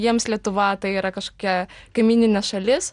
jiems lietuva tai yra kažkokia kaimyninė šalis